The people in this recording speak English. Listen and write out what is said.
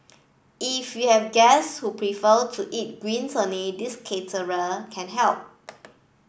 if you have guests who prefer to eat greens only this caterer can help